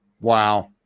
Wow